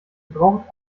braucht